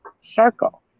circle